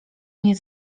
mnie